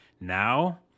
Now